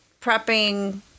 prepping